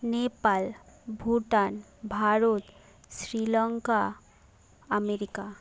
Nepal Bhutan Bharat Sri Lanka America